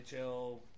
NHL